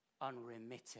unremitting